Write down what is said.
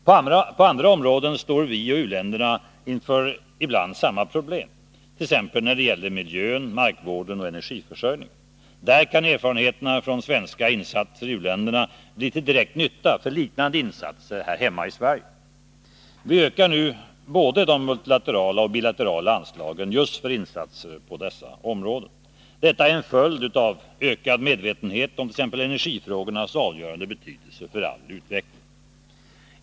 På andra områden står vi och u-länderna inför samma problem, t.ex. när det gäller miljön, markvården och energiförsörjningen. Där kan erfarenheterna från svenska insatser i u-länderna bli till direkt nytta för liknande insatser hemma i Sverige. Vi ökar nu både de multilaterala och de bilaterala anslagen just för insatser på dessa områden. Detta är en följd av ökad medvetenhet om t.ex. energifrågornas avgörande betydelse för all utveckling.